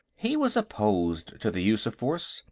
he was opposed to the use of force.